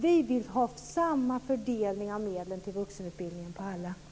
Vi vill ha samma fördelning av medlen till vuxenutbildningen till alla.